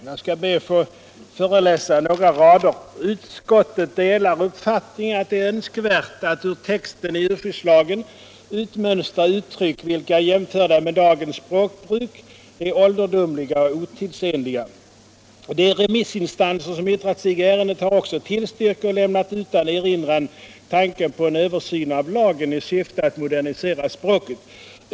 Jag skall be att få föreläsa några rader ur betänkandet: ”Utskottet delar därför uppfattningen att det är önskvärt att ur texten i djurskyddslagen utmönstra uttryck vilka, jämförda med dagens språkbruk, är ålderdomliga — Nr 41 och otidsenliga. De remissinstanser som yttrat sig i ärendet har också Onsdagen den tillstyrkt eller lämnat utan erinran tanken på en översyn av lagen i syfte 10 december 1975 att modernisera språket.